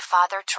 Father